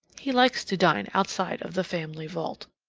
he likes to dine outside of the family vault.